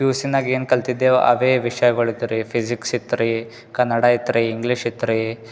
P U ಸಿನಾಗ್ ಏನು ಕಲ್ತಿದ್ದೇವು ಅವೇ ವಿಷ್ಯಗಳ್ ಇತ್ತು ರೀ ಫಿಸಿಕ್ಸ್ ಇತ್ತು ರೀ ಕನ್ನಡ ಇತ್ತು ರೀ ಇಂಗ್ಲೀಷ್ ಇತ್ತು ರೀ